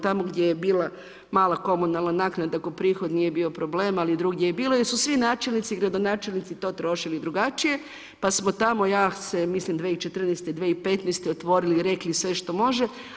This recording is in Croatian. Tamo gdje je bila mala komunalna naknada ako prihod nije bio problem, ali drugdje je bilo jer su svi načelnici, gradonačelnici to trošili drugačije, pa smo tamo ja se mislim 2014., 2015. otvorili, rekli sve što može.